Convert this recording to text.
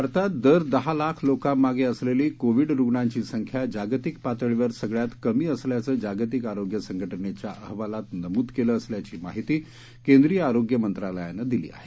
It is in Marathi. भारतात दर दहा लाख लोकांमागे असलेली कोविड रुग्णांची संख्या जागतिक पातळीवर सगळ्यात कमी असल्याचं जागतिक आरोग्य संघटनेच्या अहवालात नमूद केलं असल्याची माहिती केंद्रिय आरोग्य मंत्रालयानं दिली आहे